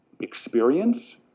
experience